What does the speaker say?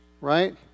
Right